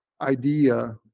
idea